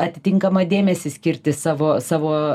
atitinkamą dėmesį skirti savo savo